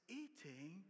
eating